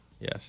Yes